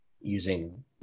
using